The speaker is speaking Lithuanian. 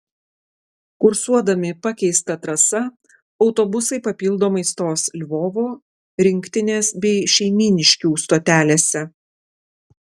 kursuodami pakeista trasa autobusai papildomai stos lvovo rinktinės bei šeimyniškių stotelėse